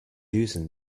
using